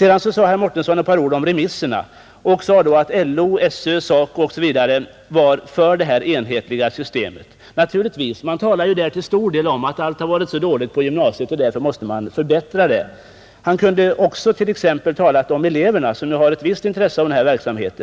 Herr Mårtensson sade vidare ett par ord om remisserna, Han menade att LO, SÖ, SACO osv. var positiva till detta enhetliga system. Naturligtvis, man talar där till stor del om att syon varit så dålig på gymnasiet att man måste förbättra den. Men han kunde också t.ex. ha talat om eleverna som har ett visst intresse av denna verksamhet.